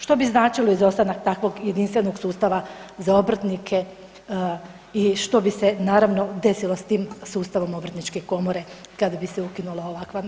Što bi značilo izostanak takvog jedinstvenog sustava za obrtnike i što bi se naravno desilo s tim sustavom obrtničke komore kad bi se ukinula ovakva naknada?